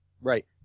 Right